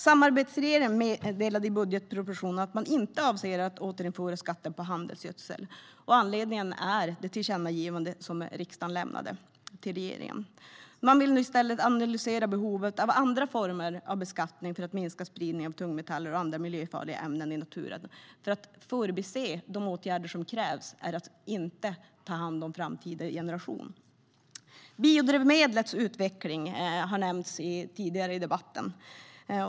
Samarbetsregeringen meddelade i budgetpropositionen att man inte avser att återinföra skatten på handelsgödsel. Anledningen är det tillkännagivande som riksdagen lämnade till regeringen. Regeringen vill i stället analysera behovet av andra former av beskattning för att minska spridningen av tungmetaller och andra miljöfarliga ämnen i naturen. Att bortse från de åtgärder som krävs är att inte ta hand om framtida generationer. Biodrivmedlens utveckling har nämnts tidigare i debatten.